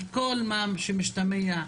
על כל מה שמשתמע מכך,